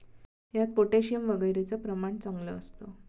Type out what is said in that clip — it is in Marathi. यात पोटॅशियम वगैरेचं प्रमाण चांगलं असतं